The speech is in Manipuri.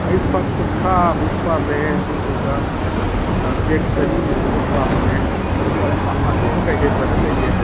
ꯑꯩ ꯐꯛ ꯀꯨꯟꯊ꯭ꯔꯥꯃꯨꯛ ꯄꯥꯝꯃꯦ ꯑꯗꯨꯗꯨꯒ ꯕꯦꯒ ꯆꯅꯤꯃꯨꯛ ꯑꯃꯒ ꯄꯥꯝꯕꯅꯦ ꯑꯗꯨꯒ ꯑꯇꯣꯞꯄ ꯀꯩꯀꯩ ꯄ꯭ꯔꯗꯛ ꯂꯩꯒꯦ